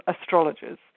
astrologers